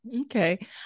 Okay